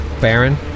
Baron